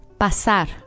Pasar